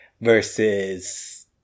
versus